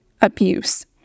abuse